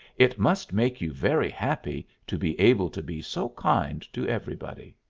it must make you very happy to be able to be so kind to everybody!